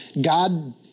God